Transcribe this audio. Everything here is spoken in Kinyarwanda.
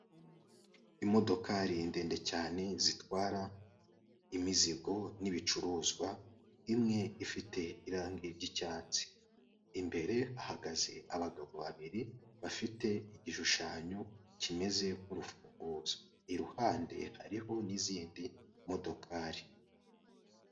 Imodokari ndende cyane zitwara imizigo n'ibicuruzwa, imwe ifite irangi ry'icyatsi. Imbere hagaze abagabo babiri bafite igishushanyo kimeze nk' urufunguzo. Iruhande hariho n'izindi modokari.